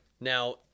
Now